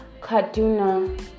Kaduna